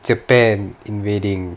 japan invading